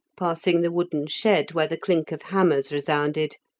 passing the wooden shed where the clink of hammers resounded,